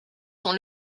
sont